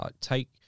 Take